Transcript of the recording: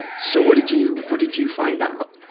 and so, what did you, what did you find out?